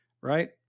right